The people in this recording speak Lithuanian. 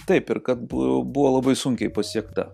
taip ir kad buvo labai sunkiai pasiekta